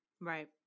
right